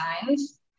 designs